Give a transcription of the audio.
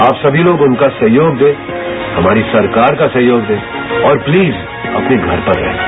आप सभी लोग उनका सहयोग दें हमारी सरकार का सहयोग दें और प्लीज अपने घर पर रहें